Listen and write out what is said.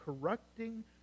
corrupting